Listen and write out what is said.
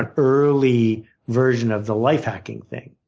ah early version of the life hacking thing.